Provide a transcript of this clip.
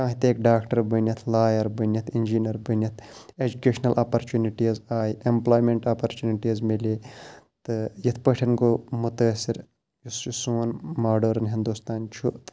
کانٛہہ تہِ ہیٚکہِ ڈاکٹر بٔنِتھ لایَر بٔنِتھ اِنجیٖنَر بٔنِتھ ایجوکیشنَل اَپَرچُنِٹیٖز آے ایٚمپلایمیٚنٛٹ اَپَرچُنِٹیٖز مِلے تہٕ یِتھ پٲٹھۍ گوٚو مُتٲثر یُس یہِ سون ماڈٲرٕن ہِندوستان چھُ